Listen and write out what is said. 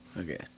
Okay